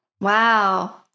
Wow